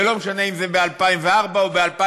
ולא משנה אם זה מ-2004 או מ-2009.